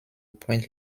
print